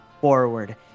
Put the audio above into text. forward